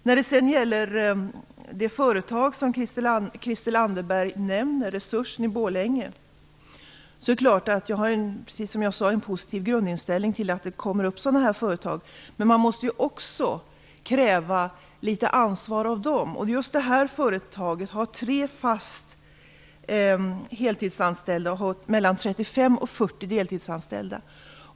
När det sedan gäller det företag som Christel Anderberg nämner, Resursen AB i Borlänge, har jag en positiv grundinställning till att det kommer upp sådana här företag, men man måste kräva litet ansvar av dem. Just det här företaget har tre fast heltidsanställda och mellan 35 och 40 deltidsanställda.